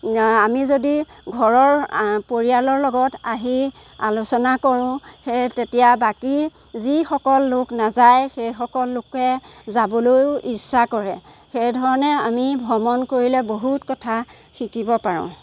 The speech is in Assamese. আমি যদি ঘৰৰ পৰিয়ালৰ লগত আহি আলোচনা কৰোঁ সেই তেতিয়া বাকী যিসকল লোক নাযায় সেই সকল লোকে যাবলৈও ইচ্ছা কৰে সেই ধৰণে আমি ভ্ৰমণ কৰিলে বহুত কথা শিকিব পাৰোঁ